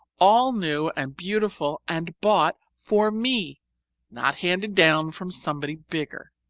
all new and beautiful and bought for me not handed down from somebody bigger.